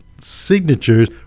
signatures